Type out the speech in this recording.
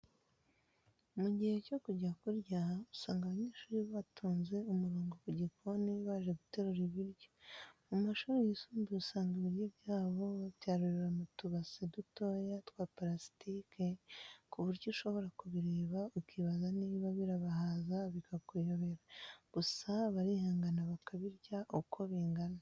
Mu gihe cyo kujya kurya usanga abanyeshuri batonze umurongo ku gikoni baje guterura ibiryo. Mu mashuri yisumbuye usanga ibiryo byabo babyarurira mu tubase dutoya twa parasitike ku buryo ushobora kubireba ukibaza niba birabahaza bikakuyobera. Gusa barihangana bakabirya uko bingana.